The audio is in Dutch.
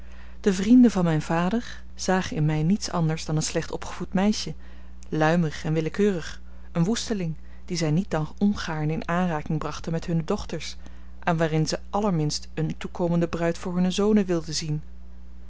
de vrienden van mijn vader zagen in mij niets anders dan een slecht opgevoed meisje luimig en willekeurig een woesteling die zij niet dan ongaarne in aanraking brachten met hunne dochters en waarin ze allerminst eene toekomende bruid voor hunne zonen wilden zien